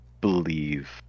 believe